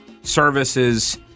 services